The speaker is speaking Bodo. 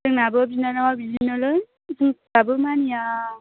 जोंनाबो बिनानावा बिदिनोलै बुंब्लाबो मानिया